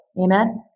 Amen